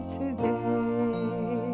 today